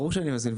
ברור שאני מזמין.